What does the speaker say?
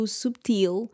subtil